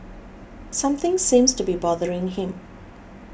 something seems to be bothering him